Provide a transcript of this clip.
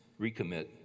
recommit